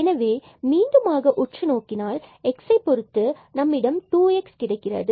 எனவே மீண்டுமாக உற்றுநோக்கினால் x இதை பொருத்து நமக்கு 2x கிடைக்கிறது